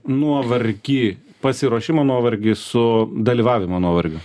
nuovargį pasiruošimo nuovargį su dalyvavimu nuovargiu